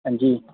हंजी